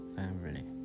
family